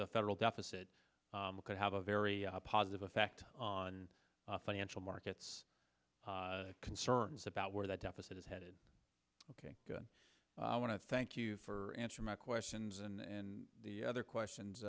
the federal deficit could have a very positive effect on financial markets concerns about where the deficit is headed ok good i want to thank you for answering my questions and the other questions